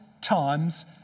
times